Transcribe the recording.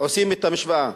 עושים את המשוואה